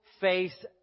face